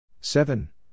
Seven